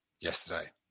yesterday